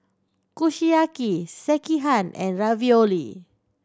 Kushiyaki Sekihan and Ravioli